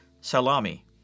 SALAMI